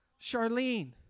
Charlene